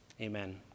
Amen